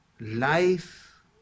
life